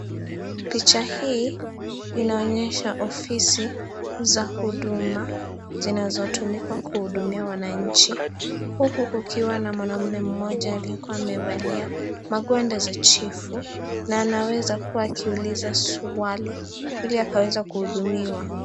Picha hii inaonyesha ofisi, za huduma zinazo tumika kuhudumia wanaichi, huku kikuwa na mwanaume mmoja amevalia mangwenda za chini, na anaweza kuwa anauliza swali iliaweze kuhudumiwa.